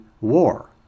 war